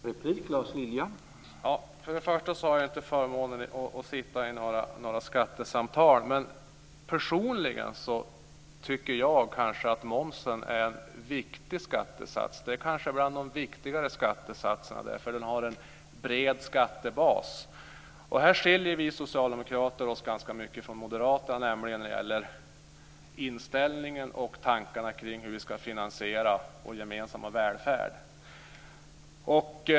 Herr talman! För det första har jag inte förmånen att sitta i några skattesamtal, men personligen tycker jag att momsen är en viktig skattesats. Det är kanske en av de viktigaste skattesatserna, för den har en bred skattebas. Här skiljer vi socialdemokrater oss ganska mycket från moderaterna, alltså när det gäller inställningen till och tankarna kring hur vi ska finansiera vår gemensamma välfärd.